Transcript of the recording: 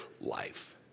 life